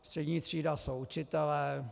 Střední třída jsou učitelé.